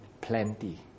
plenty